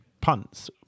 punts